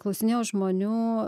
klausinėjau žmonių